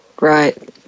right